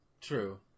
true